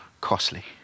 costly